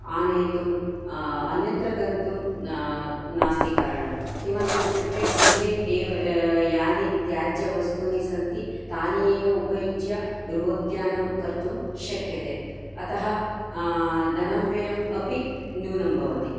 आनयेतुम् अन्यत्र गन्तुं नास्ति कारणम् किमर्थमित्युक्ते गृहे एव यानि त्याज्यवस्तूनि सन्ति तानि एव उपयुज्य गृहोद्यानं कर्तुं शक्यते अतः धनव्ययम् अपि न्यूनं भवति